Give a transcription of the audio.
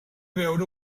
veure